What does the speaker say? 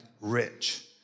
rich